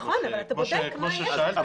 נכון, אבל אתה בודק מה יש שם.